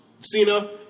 Cena